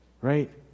right